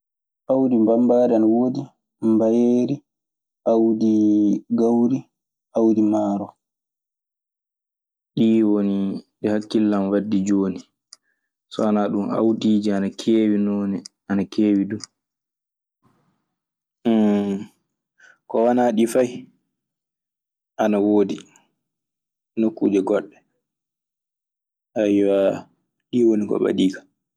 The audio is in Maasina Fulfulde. Awdi mbambaari ana wode, mbayeri, awdi gawri, awdi maaro. Ɗii woni wi hakkillle an waddi jooni. So wanaa ɗun awdiiji ana keewi noone, ana keewi du. ko wonaa ɗi fay, ana woodi nokkuuji goɗɗe, eyyo. Ɗi woni ko ɓadii kam.